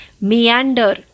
meander